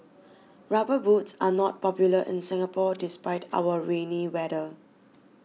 rubber boots are not popular in Singapore despite our rainy weather